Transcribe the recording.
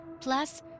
Plus